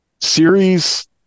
series